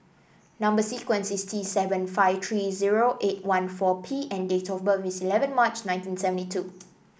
number sequence is T seven five three zero eight one four P and date of birth is eleven March nineteen seventy two